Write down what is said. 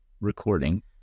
recording